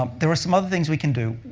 um there are some other things we can do.